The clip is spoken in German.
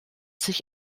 sich